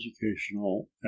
educational